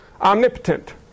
omnipotent